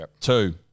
two